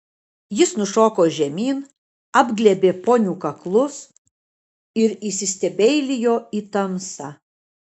jis nušoko žemyn apglėbė ponių kaklus ir įsistebeilijo į tamsą